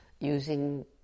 using